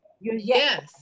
yes